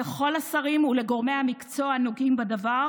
לכל השרים ולגורמי המקצוע הנוגעים בדבר